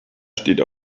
steht